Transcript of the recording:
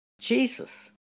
Jesus